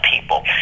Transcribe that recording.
people